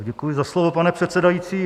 Děkuji za slovo, pane předsedající.